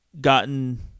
gotten